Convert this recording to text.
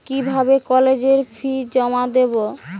কিভাবে কলেজের ফি জমা দেবো?